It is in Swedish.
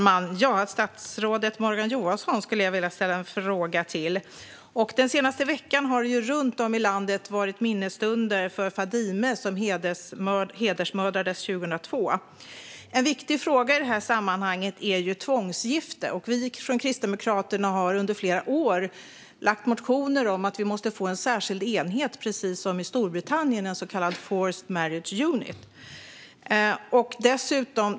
Fru talman! Jag vill ställa en fråga till statsrådet Morgan Johansson. Den senaste veckan har det runtom i landet varit minnesstunder för Fadime, som hedersmördades 2002. En viktig fråga i sammanhanget är tvångsgifte. Kristdemokraterna under flera år väckt motioner om att vi måste få en särskild enhet, precis som i Storbritannien - en så kallad forced marriage unit.